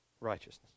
righteousness